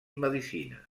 medicina